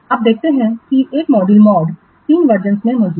अब देखते हैं कि एक मॉड्यूल मॉड तीन वर्जनसं में मौजूद है